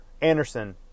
Anderson